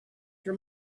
your